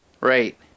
Right